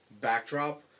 backdrop